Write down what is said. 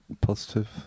positive